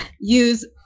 use